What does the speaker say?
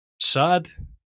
sad